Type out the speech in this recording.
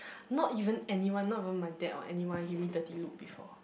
not even anyone not even my dad or anyone give me dirty look before